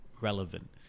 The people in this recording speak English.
relevant